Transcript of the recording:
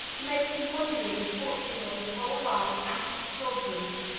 to make in one year the fortune of his whole life and his children's,